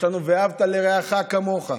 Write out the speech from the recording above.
יש לנו "ואהבת לרעך כמוך"